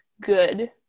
good